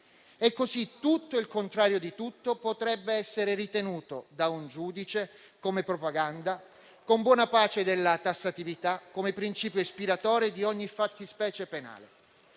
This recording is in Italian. e così tutto e il contrario di tutto potrebbe essere ritenuto da un giudice propaganda, con buona pace della tassatività quale principio ispiratore di ogni fattispecie penale.